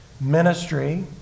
ministry